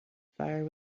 fire